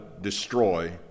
destroy